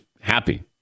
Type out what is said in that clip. happy